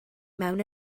mewn